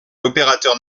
l’opérateur